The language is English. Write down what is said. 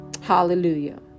Hallelujah